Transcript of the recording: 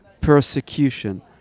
persecution